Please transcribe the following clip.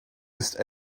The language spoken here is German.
ist